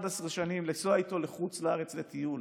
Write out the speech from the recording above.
11 שנים לנסוע איתו לחוץ לארץ לטיול,